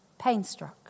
painstruck